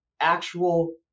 actual